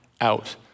out